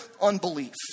unbelief